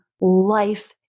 life